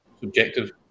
subjective